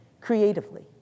creatively